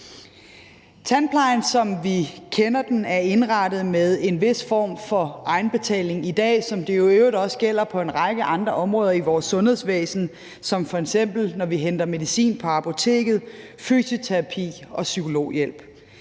Tandplejen, som vi kender den, er indrettet med en vis form for egenbetaling i dag, som det jo i øvrigt også gælder på en række andre områder i vores sundhedsvæsen, som når vi f.eks. henter medicin på apoteket, får fysioterapi og psykologhjælp.